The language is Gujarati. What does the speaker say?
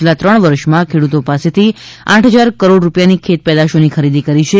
છેલ્લા ત્રણ વર્ષમાં ખેડૂતો પાસેથી આઠ હજાર કરોડ રૂપિયાની ખેતપેદાશોની ખરીદી કરી છે